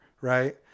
right